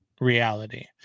reality